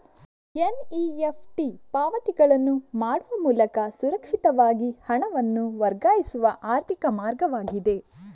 NEFT ಪಾವತಿಗಳನ್ನು ಮಾಡುವ ಮೂಲಕ ಸುರಕ್ಷಿತವಾಗಿ ಹಣವನ್ನು ವರ್ಗಾಯಿಸುವ ಆರ್ಥಿಕ ಮಾರ್ಗವಾಗಿದೆ